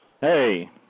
Hey